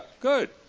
Good